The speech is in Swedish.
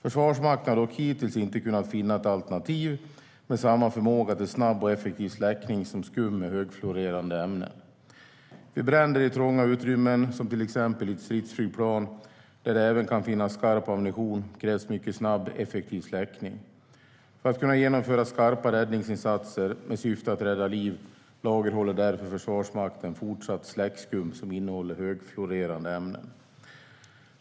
Försvarsmakten har dock hittills inte kunnat finna ett alternativ med samma förmåga till snabb och effektiv släckning som skum med högfluorerande ämnen. Vid bränder i trånga utrymmen, till exempel i ett stridsflygplan där det även kan finnas skarp ammunition, krävs en mycket snabb och effektiv släckning. För att kunna genomföra skarpa räddningsinsatser, med syfte att rädda liv, lagerhåller därför Försvarsmakten fortsatt släckskum som innehåller högfluorerande ämnen.